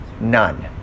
None